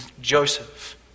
Joseph